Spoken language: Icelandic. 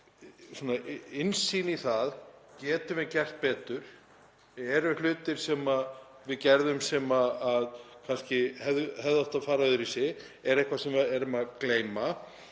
innsýn í þetta. Getum við gert betur? Eru hlutir sem við gerðum sem hefðu kannski átt að fara öðruvísi? Er eitthvað sem við erum að gleyma?